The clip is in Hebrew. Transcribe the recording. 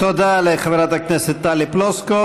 תודה לחברת הכנסת טלי פלוסקוב.